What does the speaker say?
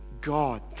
God